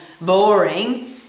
boring